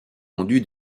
vendu